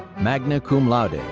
magna cum laude.